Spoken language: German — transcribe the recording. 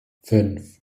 fünf